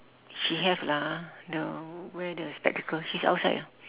she have lah the wear the spectacle she's outside ah